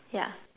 ya